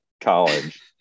college